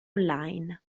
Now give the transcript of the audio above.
online